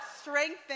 strengthen